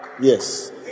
yes